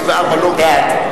בעד